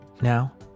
now